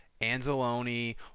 Anzalone